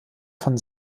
von